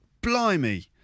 blimey